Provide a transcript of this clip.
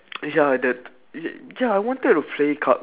ya the y~ ya I wanted to play car